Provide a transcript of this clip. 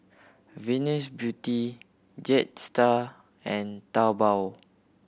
Venus Beauty Jetstar and Taobao